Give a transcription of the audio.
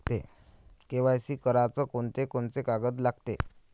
KYC कराच कोनचे कोनचे कागद लागते?